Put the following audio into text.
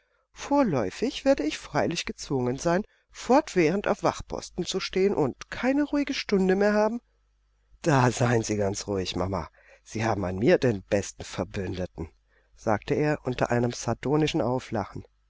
vorläufig werde ich freilich gezwungen sein fortwährend auf wachtposten zu stehen und keine ruhige stunde mehr haben da seien sie ganz ruhig mama sie haben an mir den besten verbündeten sagte er unter einem sardonischen auflachen